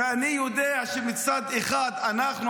שאני יודע שמצד אחד אנחנו,